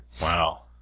Wow